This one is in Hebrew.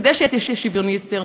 כדי שתהיה שוויונית יותר,